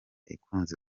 ikunze